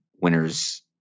winners